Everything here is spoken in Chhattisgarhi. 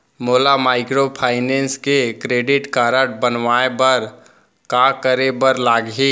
मोला माइक्रोफाइनेंस के क्रेडिट कारड बनवाए बर का करे बर लागही?